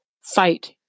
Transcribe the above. fight